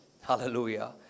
Hallelujah